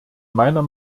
meiner